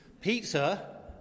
pizza